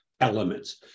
elements